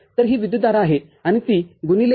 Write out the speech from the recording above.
तरही विद्युतधारा आहे आणि ती गुणिले १